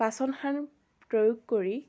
পাচন সাৰ প্ৰয়োগ কৰি